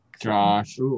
josh